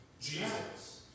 Jesus